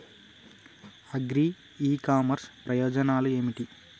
Agri e commerce ప్రయోజనాలు ఏమిటి?